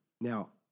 Now